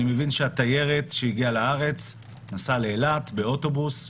אני מבין שהתיירת שהגיעה לארץ נסעה לאילת באוטובוס,